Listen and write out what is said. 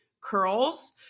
Curls